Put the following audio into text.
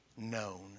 known